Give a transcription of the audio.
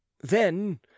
Then